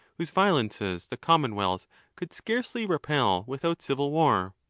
whose violences the commonwealth could scarcely repel with out civil war?